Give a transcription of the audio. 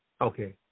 Okay